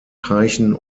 teichen